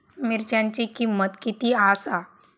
मिरच्यांची किंमत किती आसा?